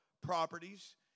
properties